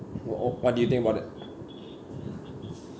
wh~ uh what do you think about that